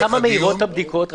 עד כמה מהירות הבדיקות?